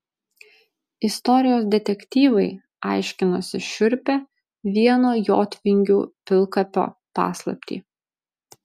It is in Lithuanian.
istorijos detektyvai aiškinosi šiurpią vieno jotvingių pilkapio paslaptį